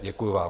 Děkuju vám.